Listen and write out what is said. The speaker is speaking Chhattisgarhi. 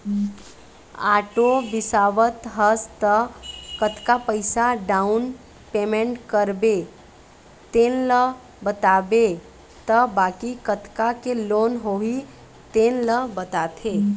आटो बिसावत हस त कतका पइसा डाउन पेमेंट करबे तेन ल बताबे त बाकी कतका के लोन होही तेन ल बताथे